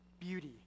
beauty